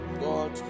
God